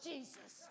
Jesus